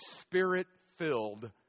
spirit-filled